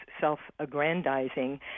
self-aggrandizing